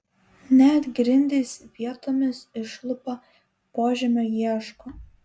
net grindis vietomis išlupa požemio ieško